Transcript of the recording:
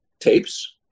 tapes